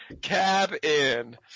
Cabin